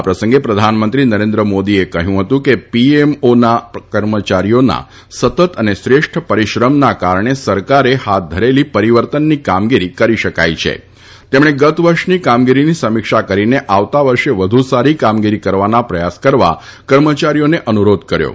આ પ્રસંગે પ્રધાનમંત્રી નરેન્દ્ર મોદીએ કહયું હતું કે પીએમઓ ના કર્મચારીઓના સતત અને શ્રેષ્ઠ પરિશ્રમના કારણે સરકારે હાથ ધરેલી પરીવર્તનની કામગીરી કરી શકાઇ છે તેમણે ગત વર્ષની કામગીરીની સમીક્ષા કરીને આવતા વર્ષે વધુ સારી કામગીરી કરવાના પ્રયાસ કરવા કર્મચારીઓને અનુરોધ કર્યો હતો